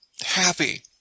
happy